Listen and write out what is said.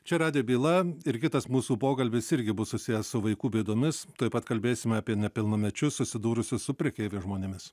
čia radijo byla ir kitas mūsų pokalbis irgi bus susiję su vaikų bėdomis tuoj pat kalbėsime apie nepilnamečius susidūrusius su prekeiviais žmonėmis